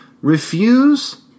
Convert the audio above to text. Refuse